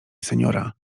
seniora